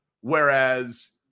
Whereas